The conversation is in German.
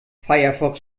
firefox